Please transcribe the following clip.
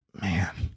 man